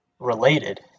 Related